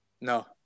No